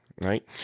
right